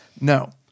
No